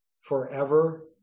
forever